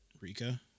Rika